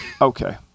Okay